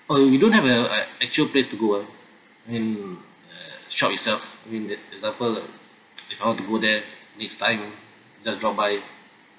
oh you don't have a actual place to go ah I mean a shop itself I mean example if I want to go there next time just drop by